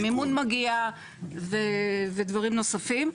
מימון מגיע ודברים נוספים.